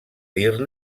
dir